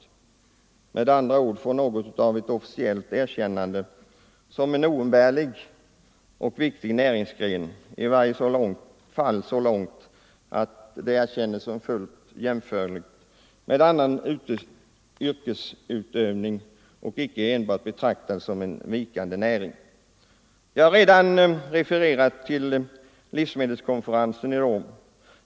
Jordbruket borde med andra ord få något av ett officiellt erkännande som en oumbärlig och viktig näringsgren och icke enbart betraktas som en vikande näring. I varje fall borde verksamheten som jordbrukare erkännas som fullt jämförlig med annan yrkesutövning. Jag har redan hänvisat till livsmedelskonferensen i Rom.